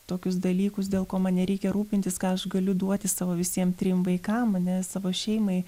tokius dalykus dėl ko man nereikia rūpintis ką aš galiu duoti savo visiem trim vaikam ane savo šeimai